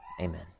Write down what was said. Amen